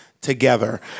together